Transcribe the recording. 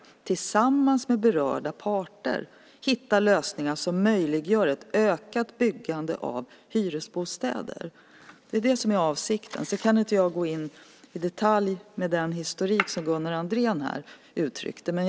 tillsammans med berörda parter hitta lösningar som möjliggör ett ökat byggande av hyresbostäder. Det är det som är avsikten. Jag kan inte gå in i detalj på den historik som Gunnar Andrén uttryckte här.